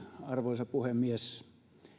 arvoisa puhemies